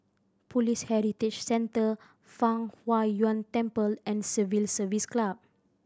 Police Heritage Centre Fang Huo Yuan Temple and Civil Service Club